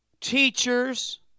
teachers